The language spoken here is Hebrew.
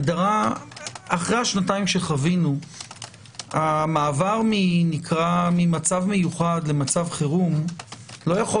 אחרי השנתיים שחווינו המעבר ממצב מיוחד למצב חירום לא יכול